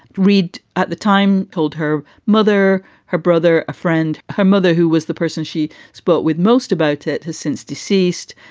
reid at the time told her mother, her brother, a friend, her mother, who was the person she spoke with most about it, has since deceased.